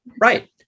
right